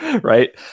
Right